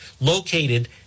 located